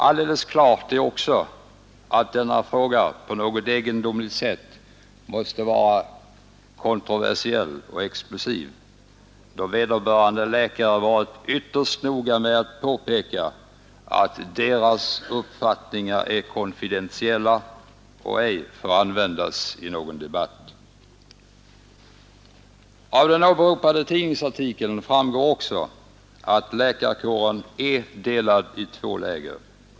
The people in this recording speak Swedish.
Alldeles klart är också att denna fråga på något egendomligt sätt måste vara kontroversiell och explosiv, då vederbörande läkare varit ytterst noga med att påpeka att deras uppfattningar är konfidentiella och ej får användas i någon debatt. Av den åberopade tidningsartikeln framgår också att läkarkåren är delad i två läger.